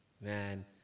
Man